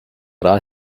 what